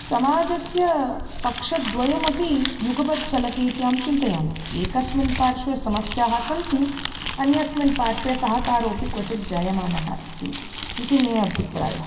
समाजस्य पक्षद्वयमपि युगपत् चलतीति अहं चिन्तयामि एकस्मिन् पार्श्वे समस्याः सन्ति अन्यस्मिन् पार्श्वे सहकारोपि क्वचित् जायमानः अपि अस्ति इति मे अभिप्रायः